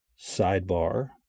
sidebar